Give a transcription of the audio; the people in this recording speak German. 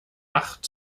acht